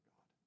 God